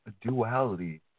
duality